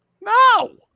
No